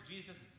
Jesus